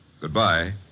Goodbye